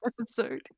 episode